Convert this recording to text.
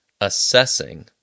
assessing